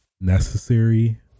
necessary